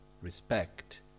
respect